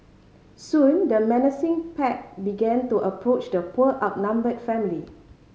soon the menacing pack began to approach the poor outnumbered family